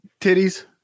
titties